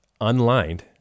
unlined